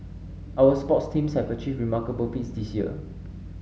our sports teams have achieved remarkable feats this year